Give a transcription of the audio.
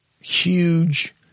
huge